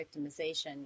victimization